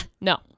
No